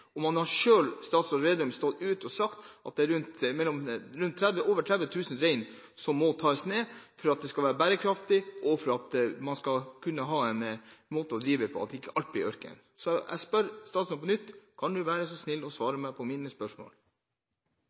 og statsråd Slagsvold Vedum har gått ut og sagt at det er over 30 000 rein som må tas ned for at det skal være bærekraftig, og for at man skal kunne ha en måte å drive på, at ikke alt blir ørken. Så jeg spør statsråden på nytt. Kan han være snill og svare på mine spørsmål?